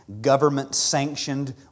government-sanctioned